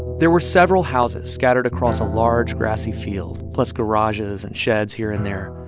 there were several houses scattered across a large grassy field, plus garages and sheds here and there.